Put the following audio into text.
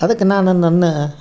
ಅದಕ್ಕೆ ನಾನು ನನ್ನ